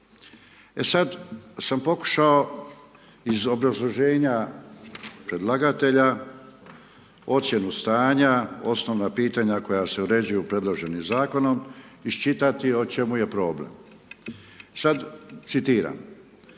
E sad sam pokušao iz obrazloženja predlagatelja ocjenu stanja, osnovna pitanja koja se uređuju predloženim zakonom iščitati o čemu je problem. Sad citiram: